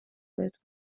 بهتون